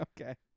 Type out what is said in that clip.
Okay